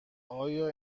آیا